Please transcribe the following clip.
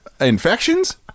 infections